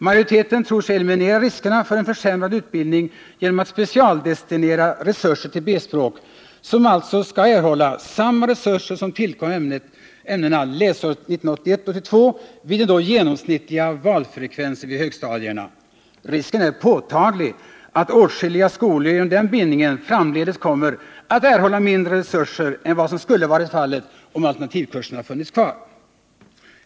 Majoriteten tror sig eliminera riskerna för en försämrad utbildning genom att specialdestinera resurser till B-språk, som alltså skall erhålla samma resurser som tillkommer ämnena läsåret 1981/82 vid den då genomsnittliga valfre kvensen vid högstadierna. Risken är påtaglig för att åtskilliga skolor genom den bindningen framdeles kommer att erhålla mindre resurser än vad som skulle varit fallet om alternativkurserna funnits kvar.